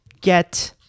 get